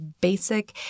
basic